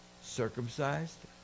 circumcised